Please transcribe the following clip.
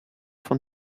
von